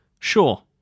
Sure